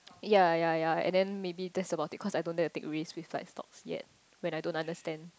ya ya ya and then maybe that's about it cause I don't dare to take risk besides stocks yet when I don't understand